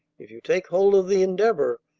if you take hold of the endeavor,